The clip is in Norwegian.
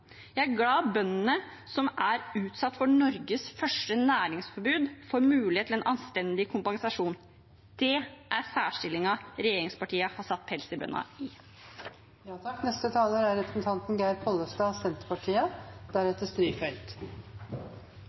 Jeg er glad for at bøndene som er utsatt for Norges første næringsforbud, får mulighet til en anstendig kompensasjon. Det er særstillingen som regjeringspartiene har satt pelsdyrbøndene